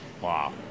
Wow